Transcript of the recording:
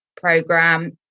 program